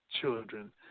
children